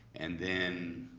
and then